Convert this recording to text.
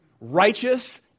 Righteous